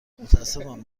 متاسفم